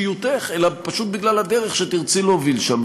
אבל לא בגלל אישיותך אלא פשוט בגלל הדרך שתרצי להוביל שם,